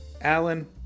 Alan